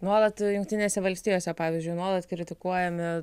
nuolat jungtinėse valstijose pavyzdžiui nuolat kritikuojami